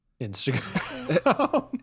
instagram